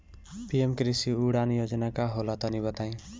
PM कृषि उड़ान योजना का होला तनि बताई?